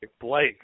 Blake